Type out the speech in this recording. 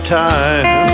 time